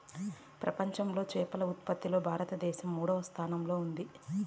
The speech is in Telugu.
ప్రపంచంలో చేపల ఉత్పత్తిలో భారతదేశం మూడవ స్థానంలో ఉంది